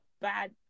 bad